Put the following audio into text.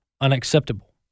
unacceptable